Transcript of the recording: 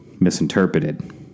misinterpreted